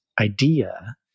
idea